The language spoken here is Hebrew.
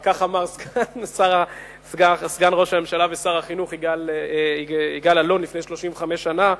אבל כך אמר סגן ראש הממשלה ושר החינוך יגאל אלון לפני 35 שנה,